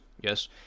Yes